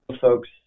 folks